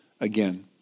again